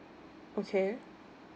okay